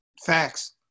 Facts